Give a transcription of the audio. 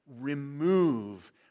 remove